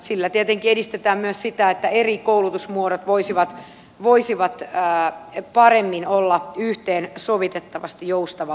sillä tietenkin edistetään myös sitä että eri koulutusmuodot voisivat paremmin olla yhteensovitettavissa joustavalla tavalla